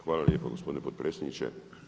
Hvala lijepo gospodine potpredsjedniče.